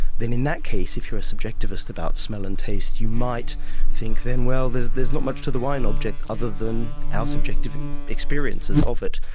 then in that case, if you're subjectivist about smell and taste, you might think then, well there's there's not much to the wine object other than our subjective experiences of it.